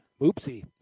Oopsie